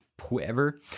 whoever